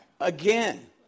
Again